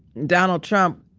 donald trump,